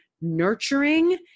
nurturing